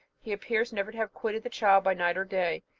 he appears never to have quitted the child by night or day,